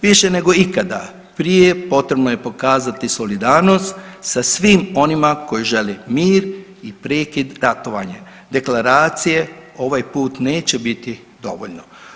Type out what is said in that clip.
Više nego ikada prije potrebno je pokazati solidarnost sa svim onima koji žele mir i prekid ratovanja, deklaracije ovaj put neće biti dovoljno.